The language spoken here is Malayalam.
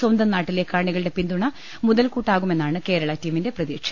സ്വന്തം നാട്ടിലെ കാണികളുടെ പിന്തുണ മുതൽകൂട്ടാകുമെന്നാണ് കേരള ടീമിന്റെ പ്രതീ ക്ഷ